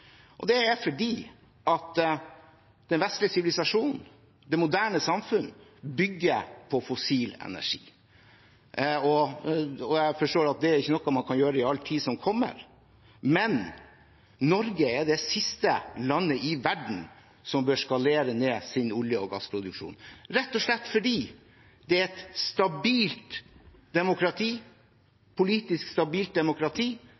Det er fordi den vestlige sivilisasjonen, det moderne samfunn, bygger på fossil energi. Jeg forstår at det ikke er noe man kan gjøre i all tid som kommer, men Norge er det siste landet i verden som bør skalere ned sin olje- og gassproduksjon, rett og slett fordi det er et politisk stabilt demokrati,